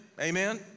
amen